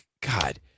God